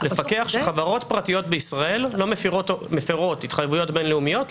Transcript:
לפקח שחברות פרטיות בישראל לא מפרות התחייבויות בין-לאומיות,